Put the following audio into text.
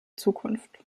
zukunft